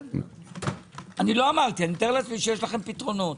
אני מתאר לעצמי שיש לכם פתרונות.